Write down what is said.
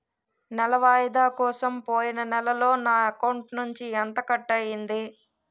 నెల వాయిదా కోసం పోయిన నెలలో నా అకౌంట్ నుండి ఎంత కట్ అయ్యింది?